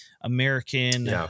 American